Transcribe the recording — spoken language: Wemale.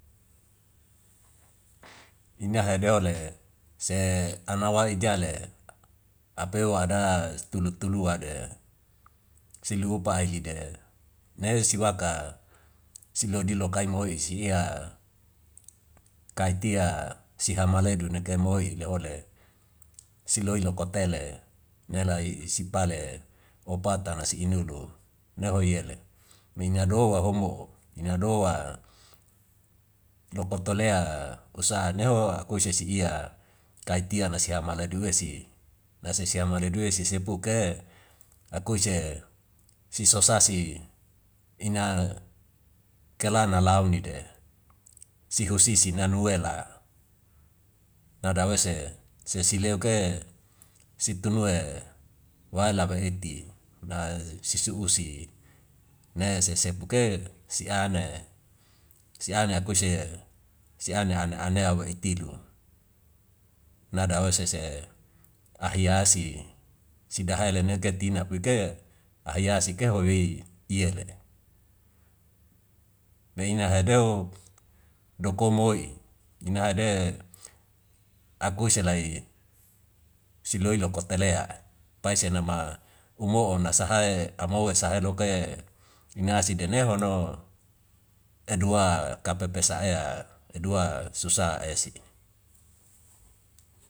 Ina hede ole se ana wai ida le apu ada tulu tulu ade si lu upai li de ne siwaka silodi lokai mo oi si ia kai tia si hama la edu neke moi le ole si loi loko tele nelai si pale opata nasi unulu ne hoi yele mina do wa homo ina doa loko tolea usa neho akuise si ia kaitia nasi hama lau esi nasi si ame ledue sisepuke akuise siso sasi ina kelana dauni de si husisi nanu ela nada wese sesi leu ke situnu wae laba eti na sisi usi ne sese puke si ane. Si ane akuise si ane an anea we itilu nada ose se ahiya si, sida hai lene ke tina pui ke ahaya sike wawei iyele. Bei ina hedeu dokomoi, ina hede akuise lai siloi lokote lea pai senama umo'o nasa hae ama we sahe loke ina sidene hono edua kapepes aya edua susa esi.